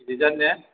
गिदिर जाथ ने